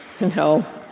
No